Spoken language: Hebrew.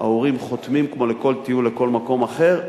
ההורים חותמים על כל טיול ועל כל מקום אחר.